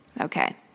Okay